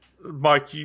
Mike